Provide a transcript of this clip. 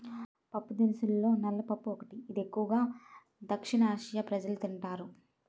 పప్పుదినుసుల్లో నల్ల పప్పు ఒకటి, ఇది ఎక్కువు గా దక్షిణఆసియా ప్రజలు తింటారు